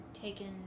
taken